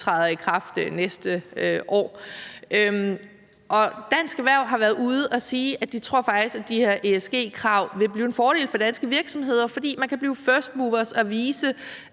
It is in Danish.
træder i kraft næste år. Dansk Erhverv har været ude og sige, at de faktisk tror, at de her ESG-krav vil blive en fordel for danske virksomheder, fordi man kan blive firstmovers og vise